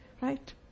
right